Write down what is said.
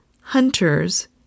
hunters